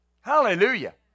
Hallelujah